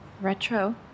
Retro